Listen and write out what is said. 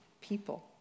people